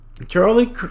Charlie